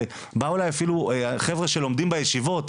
ובאו אליי אפילו חבר'ה שלומדים בישיבות,